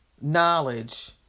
knowledge